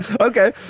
Okay